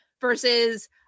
versus